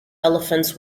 elephants